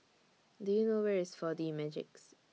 Do YOU know Where IS four D Magix